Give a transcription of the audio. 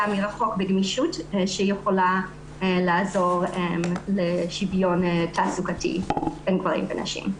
מרחוק בגמישות שיכולה לעזור לשוויון תעסוקתי בין גברים לנשים.